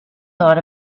thought